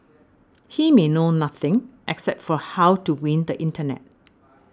he may know nothing except for how to win the internet